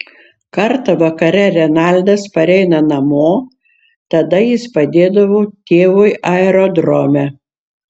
kartą vakare renaldas pareina namo tada jis padėdavo tėvui aerodrome